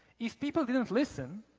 if people didn't listen,